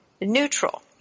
neutral